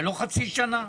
לא חצי שנה.